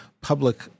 public